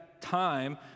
time